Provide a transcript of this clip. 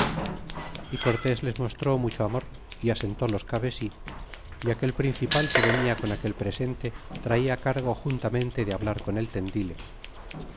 y cortés les mostró mucho amor y asentó los cai y aquel principal que venia con aquel presente traia cargo juntamente de hablar con el tendile